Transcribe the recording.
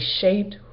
shaped